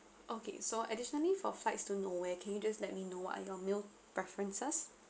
okay so additionally for flights to nowhere can you just let me know what are your meal preferences